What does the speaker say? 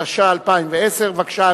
התשע"א 2010. בבקשה,